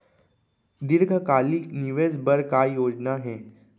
दीर्घकालिक निवेश बर का योजना हे?